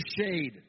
shade